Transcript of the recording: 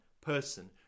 person